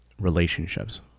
relationships